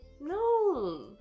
No